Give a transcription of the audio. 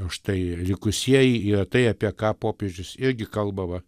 štai likusieji yra tai apie ką popiežius irgi kalba va